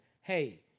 Hey